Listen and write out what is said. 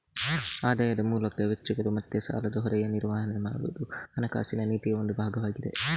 ಆದಾಯದ ಮೂಲಕ ವೆಚ್ಚಗಳು ಮತ್ತೆ ಸಾಲದ ಹೊರೆಯ ನಿರ್ವಹಣೆ ಮಾಡುದು ಹಣಕಾಸಿನ ನೀತಿಯ ಒಂದು ಭಾಗವಾಗಿದೆ